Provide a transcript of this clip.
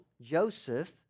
Joseph